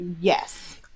Yes